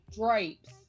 Drapes